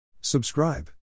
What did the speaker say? Subscribe